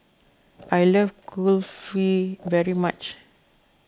I love Kulfi very much